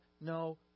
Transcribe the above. no